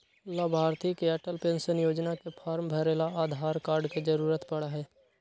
लाभार्थी के अटल पेन्शन योजना के फार्म भरे ला आधार कार्ड के जरूरत पड़ा हई